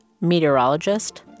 Meteorologist